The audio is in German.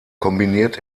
kombiniert